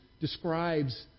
describes